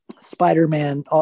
spider-man